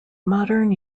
modern